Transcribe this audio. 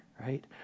right